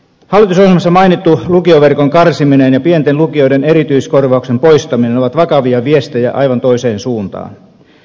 hallitusohjelmassa mainittu lukioverkon karsiminen ja pienten lukioiden erityiskorvauksen poistaminen ovat vakavia viestejä aivan toiseen suuntaan